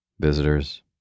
Visitors